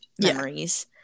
memories